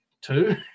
two